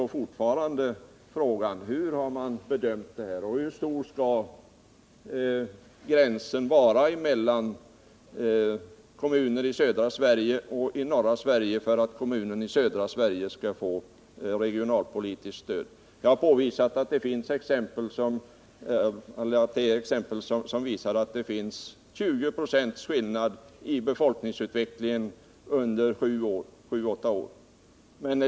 Jag vill också fråga honom var gränsen i fråga om skillnader mellan kommuner i södra och norra Sverige skall gå för att de förra skall få regionalpolitiskt stöd. Jag har påvisat exempel på skillnader uppemot 20 926 i befolkningsutveckling under 7-8 år.